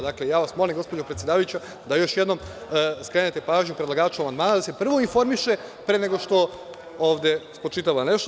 Dakle, ja vas molim, gospođo predsedavajuća, da još jednom skrenete pažnju predlagaču amandmana da se prvo informiše pre nego što ovde spočitava nešto.